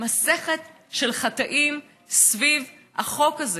מסכת של חטאים סביב החוק הזה,